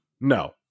No